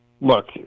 look